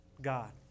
God